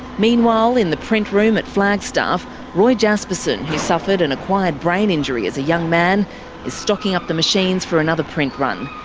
meanwhile in the print room at flagstaff, roy jasperson who suffered an acquired brain injury as a young man is stocking up the machines for another print run.